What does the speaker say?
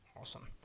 Awesome